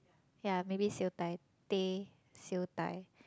ya maybe siew dai teh siew dai